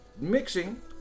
mixing